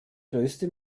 größte